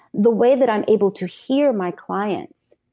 the way that i'm able to hear my clients.